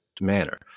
manner